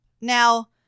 Now